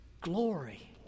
glory